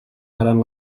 faran